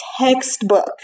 textbook